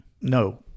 No